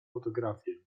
fotografię